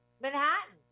Manhattan